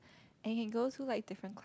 I can go through like different